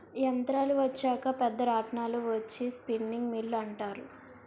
యంత్రాలు వచ్చాక పెద్ద రాట్నాలు వచ్చి స్పిన్నింగ్ మిల్లు అంటారు